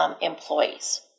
employees